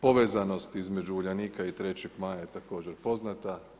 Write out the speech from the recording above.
Povezanost između Uljanika i 3. maja je također poznata.